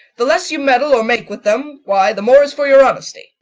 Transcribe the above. the less you meddle or make with them, why, the more is for your honesty.